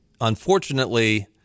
unfortunately –